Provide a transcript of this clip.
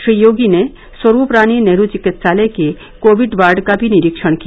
श्री योगी ने स्वरूप रानी नेहरू चिकित्सालय के कोविड वार्ड का भी निरीक्षण किया